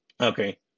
Okay